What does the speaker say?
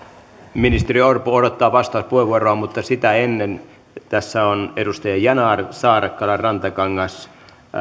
ministeri orpo odottaa vastauspuheenvuoroa mutta sitä ennen tässä on edustaja yanar saarakkala rantakangas